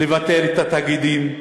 לבטל את התאגידים,